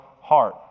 heart